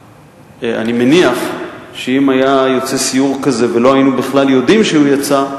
אני מניח שאם היה יוצא סיור כזה ולא היינו בכלל יודעים שהוא יצא,